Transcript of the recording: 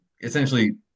essentially